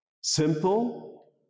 Simple